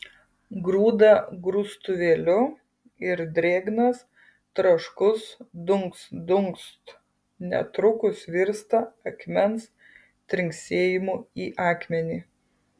grūda grūstuvėliu ir drėgnas traškus dunkst dunkst netrukus virsta akmens trinksėjimu į akmenį